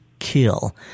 Kill